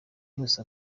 yose